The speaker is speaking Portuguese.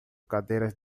cadeiras